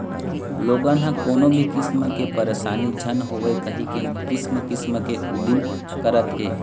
लोगन ह कोनो भी किसम के परसानी झन होवय कहिके किसम किसम के उदिम करत हे